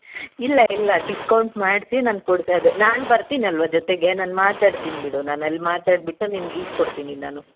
ಇಲ್ಲ ಇಲ್ಲ ಡಿಸ್ಕೌಂಟ್ ಮಾಡಿಸಿಯೇ ನಾನು ಕೊಡ್ಸೋದು ನಾನು ಬರ್ತೀನಲ್ವ ಜೊತೆಗೆ ನಾನು ಮಾತಾಡ್ತೀನಿ ಬಿಡು ನಾನು ಅಲ್ಲಿ ಮಾತಾಡಿಬಿಟ್ಟು ನಿನ್ಗೆ ಇಸ್ಕೊಡ್ತೀನಿ ನಾನು